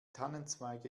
tannenzweige